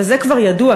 וזה כבר ידוע,